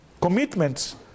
commitments